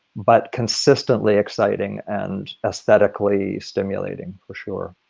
but consistently exciting and aesthetically stimulating for sure.